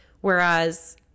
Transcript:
Whereas